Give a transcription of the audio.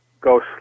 go